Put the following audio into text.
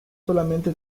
solamente